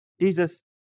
Jesus